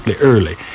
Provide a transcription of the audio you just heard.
early